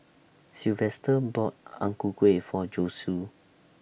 Sylvester bought Ang Ku Kueh For Josue